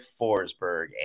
Forsberg